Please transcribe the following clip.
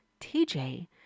TJ